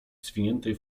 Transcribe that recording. zwiniętej